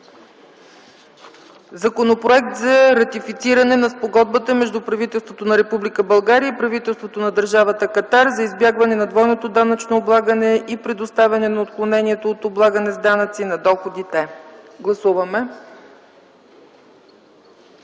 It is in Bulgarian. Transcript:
Законопроекта за ратифициране на Спогодбата между правителството на Република България и правителството на Държавата Катар за избягване на двойното данъчно облагане и предотвратяване на отклонението от облагане с данъци на доходите. Гласували